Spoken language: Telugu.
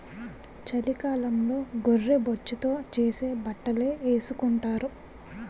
చలికాలంలో గొర్రె బొచ్చుతో చేసే బట్టలే ఏసుకొంటారు